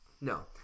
No